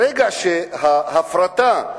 ברגע שההפרטה,